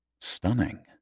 stunning